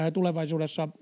tulevaisuudessa